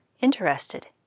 interested